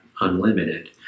unlimited